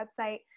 website